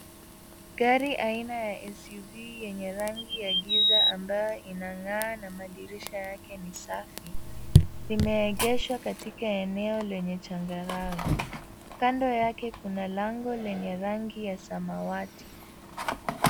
Gari aina ya SUV yenye rangi ya giza ambayo inang'aa na madirisha yake ni safi, limeegeshwa katika eneo lenye changarawe. Kando yake kuna lango lenye rangi ya samawati.